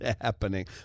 happening